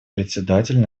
председатель